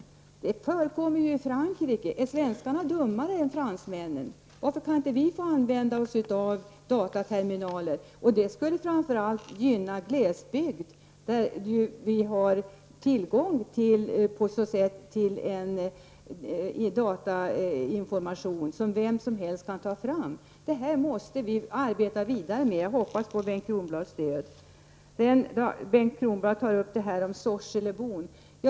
Sådan finns ju i Frankrike — är svenskarna dummare än fransmännen? Varför kan inte vi få använda oss av dataterminaler? Det är ju något som skulle gynna framför allt glesbygden där vem som helst på så sätt skulle få tillgång till datalagrad information. Den här frågan måste vi arbeta vidare med. Jag hoppas på Bengt Kronblads stöd i den frågan. Bengt Kronblad nämnde sorselebon.